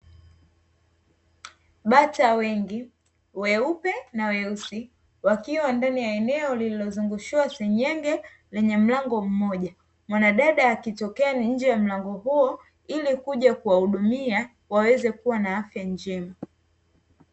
Bata wengi weupe na weusi, wakiwa ndani ya eneo lililozungushiwa senyenge, lenye mlango mmoja. Mwanadada akitokea nje ya mlango huo, ili ya kuja kuwahudumia, waweze kuwa na afya njema.